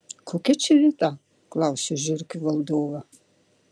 kokia čia vieta klausiu žiurkių valdovą